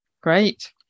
Great